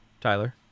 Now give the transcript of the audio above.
Tyler